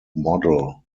model